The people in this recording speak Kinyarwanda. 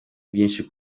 byinshi